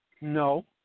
No